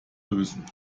lösen